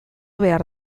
behar